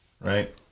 right